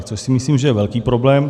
Což si myslím, že je velký problém.